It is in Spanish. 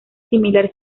similar